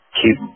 keep